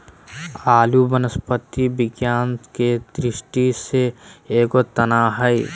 आलू वनस्पति विज्ञान के दृष्टि से एगो तना हइ